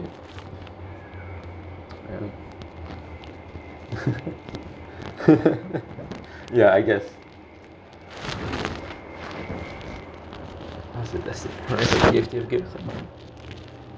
ya I guess